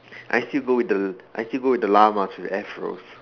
I still go with the I still go with the llamas with Afros